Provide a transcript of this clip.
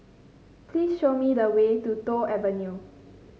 please show me the way to Toh Avenue